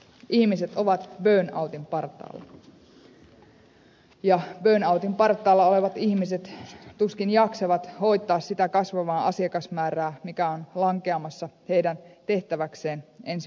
ihmiset ovat burnoutin partaalla ja burnoutin partaalla olevat ihmiset tuskin jaksavat hoitaa sitä kasvavaa asiakasmäärää mikä on lankeamassa heidän tehtäväkseen ensi vuoden alusta